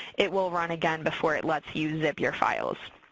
it will run again before it lets you zip your files.